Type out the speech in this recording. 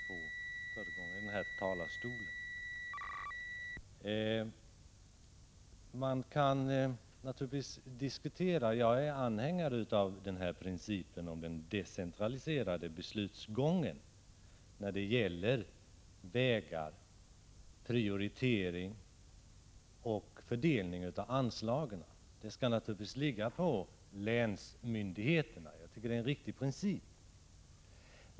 Herr talman! Det har sagts mycket om väg 83 av de två föregående talarna. Jag är anhängare av principen om den decentraliserade beslutsgången när det gäller vägar, prioritering och fördelning av anslagen. Beslutet skall naturligtvis ligga hos länsmyndigheterna.